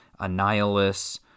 Annihilus